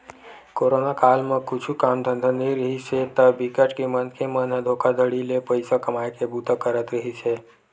corona काल म कुछु काम धंधा नइ रिहिस हे ता बिकट के मनखे मन ह धोखाघड़ी ले पइसा कमाए के बूता करत रिहिस हे